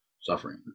suffering